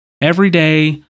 everyday